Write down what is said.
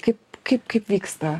kaip kaip kaip vyksta praktikoj